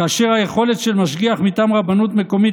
כאשר היכולת של משגיח מטעם רבנות מקומית